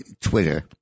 Twitter